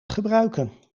gebruiken